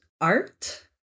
Art